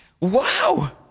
Wow